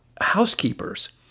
housekeepers